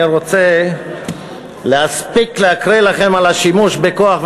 אני רוצה להספיק להקריא לכם על השימוש בכוח,